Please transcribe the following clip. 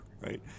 right